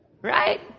Right